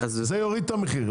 זה יוריד את המחיר,